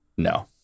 No